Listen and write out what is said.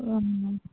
one